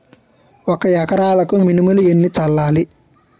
ఒక ఎకరాలకు మినువులు ఎన్ని చల్లాలి?